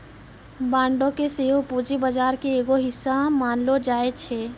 बांडो के सेहो पूंजी बजार के एगो हिस्सा मानलो जाय छै